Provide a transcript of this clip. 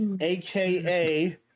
aka